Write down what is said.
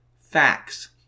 Facts